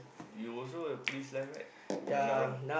you also the police line right if I'm not wrong